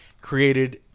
created